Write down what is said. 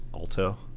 alto